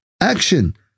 action